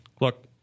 Look